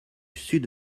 sud